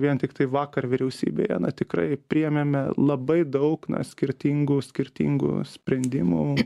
vien tiktai vakar vyriausybėje na tikrai priėmėme labai daug na skirtingų skirtingų sprendimų